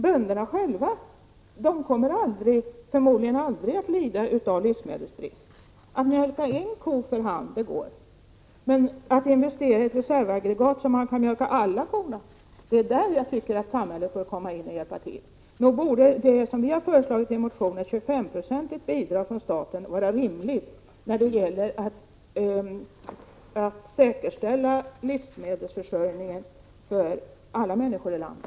Bönderna själva kommer förmodligen aldrig att lida av livsmedelsbrist. Att mjölka en ko för hand går. Men att investera i reservaggregat för att kunna mjölka alla kor — där tycker jag att samhället bör komma in och hjälpa till. Vi har i vår motion föreslagit ett 25-procentigt bidrag från staten. Det borde vara rimligt när det gäller att säkerställa livsmedelsförsörjningen för alla människor i landet.